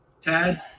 Tad